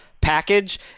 Package